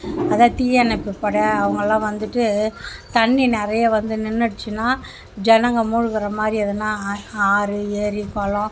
அதாவது தீயணைப்பு படை அவங்கலாம் வந்துவிட்டு தண்ணி நிறையா வந்து நின்றுடுச்சின்னா ஜனங்க மூழ்கிற மாதிரி எதனா ஆ ஆறு ஏரி குளம்